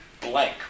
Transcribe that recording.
blank